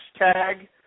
hashtag